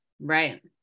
Right